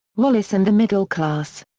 wallace and the middle class.